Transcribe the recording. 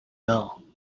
bell